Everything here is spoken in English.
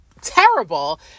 terrible